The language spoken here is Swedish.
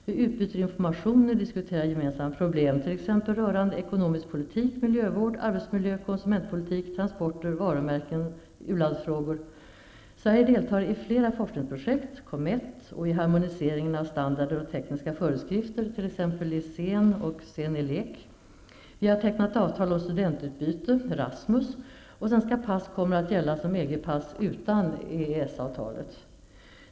Vi utbyter information och diskuterar gemensamma problem t.ex. rörande ekonomisk politik, miljövård, arbetsmiljö, konsumentpolitik, transporter, varumärken samt u-landsfrågor. Sverige deltar i flera forskningsprogram och i harmoniseringen av standarder och tekniska föreskrifter, t.ex. i CEN och CENELEC. Vi har tecknat avtal om studentutbyte , och svenska pass kommer att gälla som EG-pass utan EES-avtalet.